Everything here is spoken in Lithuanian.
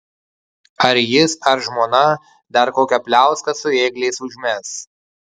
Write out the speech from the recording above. ar jis ar žmona dar kokią pliauską su ėgliais užmes